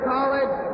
College